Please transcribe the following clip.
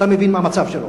אתה מבין מה המצב שלו.